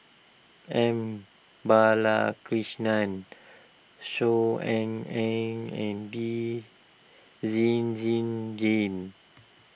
M Balakrishnan Saw Ean Ang and Lee Zhen Zhen game